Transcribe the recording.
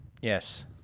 Yes